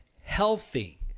healthy